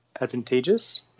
advantageous